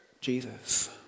Jesus